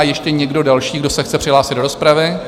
Ještě někdo další, kdo se chce přihlásit do rozpravy?